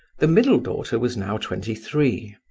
the middle daughter was now twenty-three,